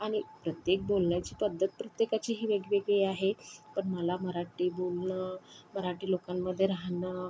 आणि प्रत्येक बोलण्याची पद्धत प्रत्येकाची ही वेगवेगळी आहे पण मला मराठी बोलणं मराठी लोकांमध्ये राहणं